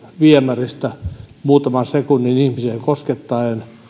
viemäristä muutaman sekunnin ihmisiä koskettaen